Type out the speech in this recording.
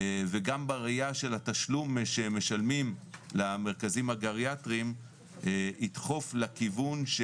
וגם בראייה של התשלום שמשלמים למרכזים הגריאטריים ידחוף לכיוון,